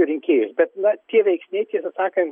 rinkėjus bet na tie veiksniai tiesą sakan